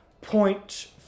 point